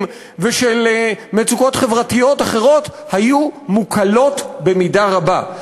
ושל מצוקות חברתיות אחרות היו מוקלות במידה רבה.